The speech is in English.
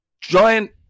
giant